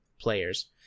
players